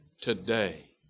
today